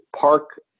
park